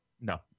No